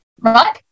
right